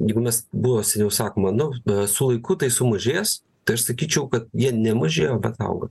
jeigu mes buvo seniau sakoma nu su laiku tai sumažės tai aš sakyčiau kad jie nemažėjo bet auga